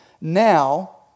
now